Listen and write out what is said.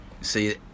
See